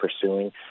pursuing